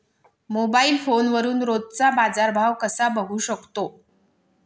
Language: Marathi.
मोबाइल फोनवरून रोजचा बाजारभाव कसा बघू शकतो?